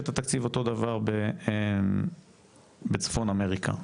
את התקציב אותו דבר בצפון אמריקה,